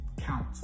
count